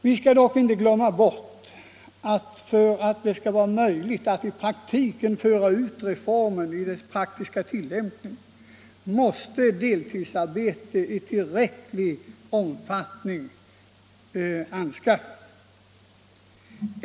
Vi skall emellertid inte glömma, att för att det skall vara möjligt att föra ut reformen i praktisk tillämpning måste deltidsarbete i tillräcklig omfattning kunna beredas vederbörande.